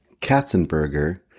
Katzenberger